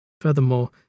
Furthermore